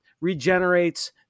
regenerates